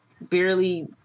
barely